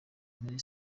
muri